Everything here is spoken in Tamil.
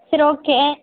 சரி ஓகே